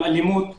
עם אלימות פיזית,